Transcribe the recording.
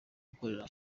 gukora